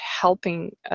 helping